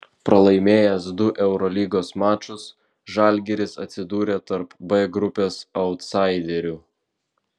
pralaimėjęs du eurolygos mačus žalgiris atsidūrė tarp b grupės autsaiderių